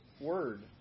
Word